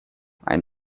einen